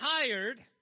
tired